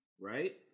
right